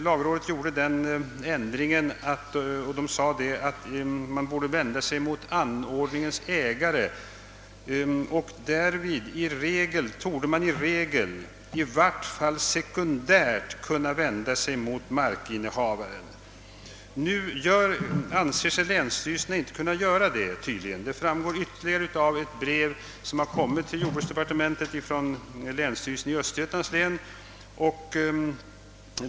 Lagrådet sade att man borde vända sig mot anordningens ägare och därvid »torde man i regel, i varje fall sekundärt, kunna vända sig mot markinnehavaren». Nu anser länsstyrelserna sig tydligen inte kunna göra detta. Det framgår av ett brev till jordbruksdepartementet från länsstyrelsen i Östergötlands län.